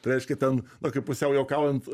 tai reiškia ten kaip pusiau juokaujant